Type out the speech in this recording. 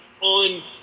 on